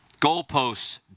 Goalposts